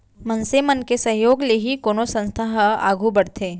मनसे मन के सहयोग ले ही कोनो संस्था ह आघू बड़थे